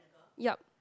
yup